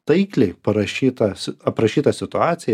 taikliai parašyta aprašyta situacija